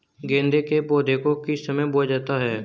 गेंदे के पौधे को किस समय बोया जाता है?